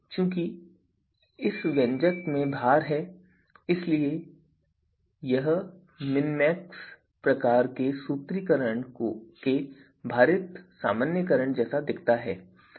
चूंकि इस व्यंजक में भार है इसलिए यह मिनमैक्स प्रकार के सूत्रीकरण के भारित सामान्यीकरण जैसा दिखता है